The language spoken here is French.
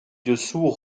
dessous